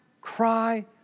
cry